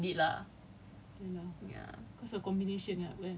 so so you know you did well on your last but you'll never know how well you did lah